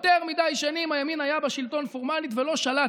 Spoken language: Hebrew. יותר מדי שנים הימין היה בשלטון פורמלית ולא שלט,